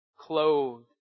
clothed